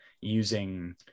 using